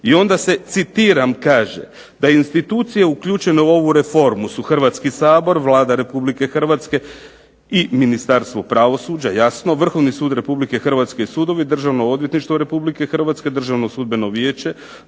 I onda se citiram kaže "da je institucija uključena u ovu reformu su Hrvatski sabor, Vlada Republike Hrvatske i Ministarstvo pravosuđa jasno, Vrhovni sud Republike Hrvatske i sudovi, Državno odvjetništvo Republike Hrvatske, Državno sudbeno vijeće,